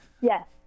yes